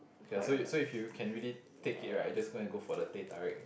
ya so you so if you can really take it right just go and go for the teh tarik